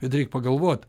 bet reik pagalvot